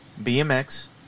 BMX